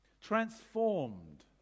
transformed